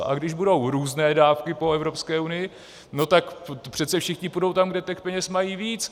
A když budou různé dávky po Evropské unii, tak přece všichni půjdou tam, kde peněz mají víc.